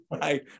Right